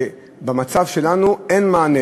ובמצב שלנו אין מענה.